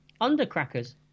undercrackers